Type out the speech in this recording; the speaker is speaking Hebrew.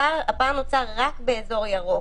הפער נוצר רק באזור ירוק.